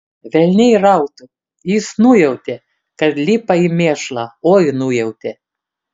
velniai rautų jis nujautė kad lipa į mėšlą oi nujautė